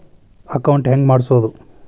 Account ಹೆಂಗ್ ಮಾಡ್ಸೋದು?